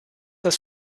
das